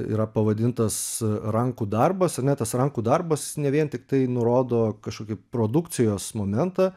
yra pavadintas rankų darbas ar ne tas rankų darbas ne vien tiktai nurodo kažkokį produkcijos momentą